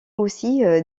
aussi